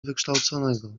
wykształconego